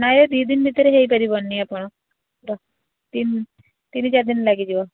ନାହିଁ ଏ ଦୁଇ ଦିନ ଭିତରେ ହେଇପାରିବନି ଆପଣ ତିନି ଚାରି ଦିନ ଲାଗିଯିବ